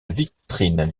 vitrine